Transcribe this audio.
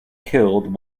killed